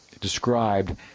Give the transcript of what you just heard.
described